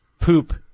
poop